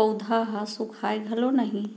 पउधा ह सुखाय घलौ नई